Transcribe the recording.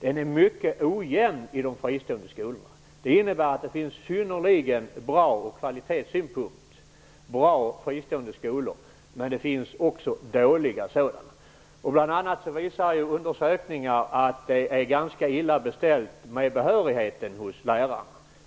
Den är mycket ojämn i de fristående skolorna. Det innebär att de finns ur kvalitetssynpunkt synnerligen bra fristående skolor, men det finns också dåliga sådana. Undersökningar visar bl.a. att det är ganska illa beställt med behörigheten hos lärarna.